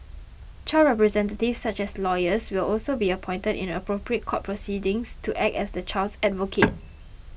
child representatives such as lawyers will also be appointed in appropriate court proceedings to act as the child's advocate